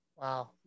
Wow